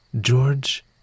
George